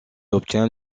obtient